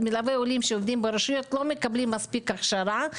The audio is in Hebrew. ומלווי עולים שעובדים ברשויות לא מקבלים מספיק הכשרה,